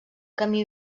camí